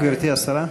גברתי השרה.